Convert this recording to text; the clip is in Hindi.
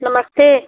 नमस्ते